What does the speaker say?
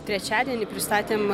trečiadienį pristatėm